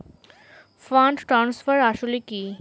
Fund transfer আসলে কী?